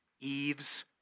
Eve's